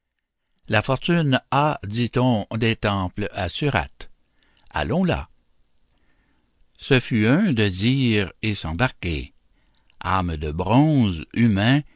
la fortune a dit-on des temples à surate allons là ce fut un de dire et s'embarquer âmes de bronze humains